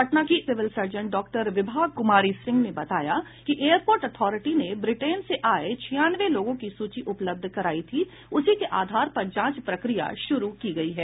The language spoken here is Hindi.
पटना की civil surgeon doctor Vibha Kumari Singh ने बताया कि एयरपोर्ट ऑथिरिटी ने ब्रिटेन से आये छियानवे लोगों की सूची उपलब्ध करायी थी उसी के आधार पर जांच प्रक्रिया शुरू की गयी है